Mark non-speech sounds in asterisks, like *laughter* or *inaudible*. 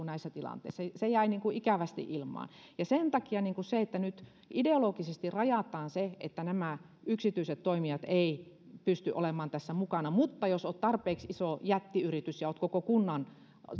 *unintelligible* näissä tilanteissa se jäi niin kuin ikävästi ilmaan ja sen takia se että nyt ideologisesti rajataan että nämä yksityiset toimijat eivät pysty olemaan tässä mukana mutta jos olet tarpeeksi iso jättiyritys ja olet koko kunnan